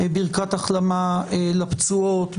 ברכת החלמה לפצועות,